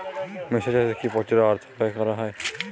মিশ্র চাষে কি প্রচুর অর্থ ব্যয় করতে হয়?